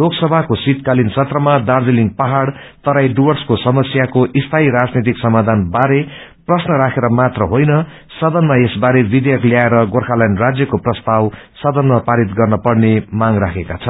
लोकसभको शीतकालिन सत्रमा दार्जीलिङ पाहाङ तराई डुव्रसको समयाको स्थायी राजनैतिक समाधान बारे प्रश्न राखेर मात्र होईन सदनमा यसबारे विषेयक स्थाएर गोखाल्याण्ड राष्यको प्रस्ताव सदनमा पारित गर्न पर्ने मांग राखेका छन्